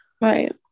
right